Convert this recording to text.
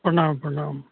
प्रणाम प्रणाम